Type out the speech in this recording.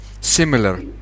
similar